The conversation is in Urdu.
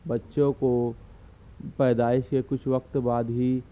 بچوں کو پیدائش کے کچھ وقت بعد ہی